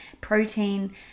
protein